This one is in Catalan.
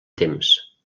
temps